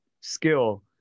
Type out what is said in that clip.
skill